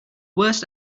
worst